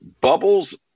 bubbles